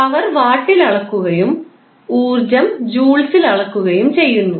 power വാട്ടിൽ അളക്കുകയും ഊർജ്ജം ജൂൾസിൽ അളക്കുകയും ചെയ്യുന്നു